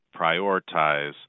prioritize